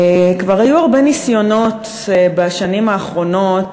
כבר היו הרבה ניסיונות בשנים האחרונות